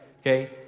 Okay